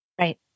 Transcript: Right